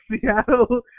Seattle